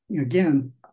again